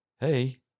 hey